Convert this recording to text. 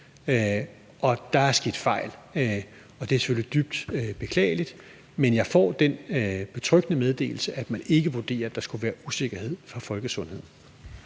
Der er sket fejl, og det er selvfølgelig dybt beklageligt. Men jeg får den betryggende meddelelse, at man ikke vurderer, at der skulle være usikkerhed for folkesundheden.